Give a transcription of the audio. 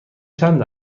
چند